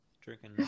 drinking